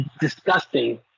disgusting